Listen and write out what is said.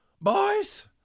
Boys